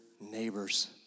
neighbors